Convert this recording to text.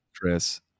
Chris